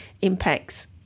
impacts